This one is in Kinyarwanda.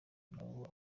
n’abo